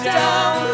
down